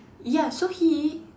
ya so he